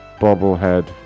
Bobblehead